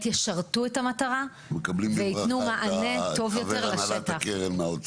ישרתו את המטרה וייתנו מענה טוב יותר לשטח.